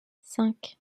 cinq